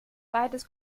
beides